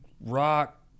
rock